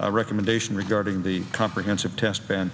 a recommendation regarding the comprehensive test ban